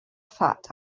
fat